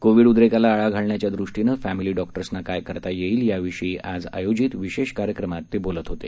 Covid उद्रेकाला आळा घालण्याच्या दृष्टीने फॅमिली डॉक्टर्सना काय करता येईल याविषयी आज आयोजित विशेष कार्यक्रमात ते बोलत होते